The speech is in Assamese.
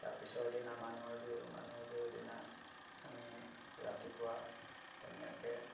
তাৰ পিছৰ দিনা মানুহৰ বিহু মানুহৰ বিহু দিনা আমি ৰাতিপুৱা ধুনীয়াকৈ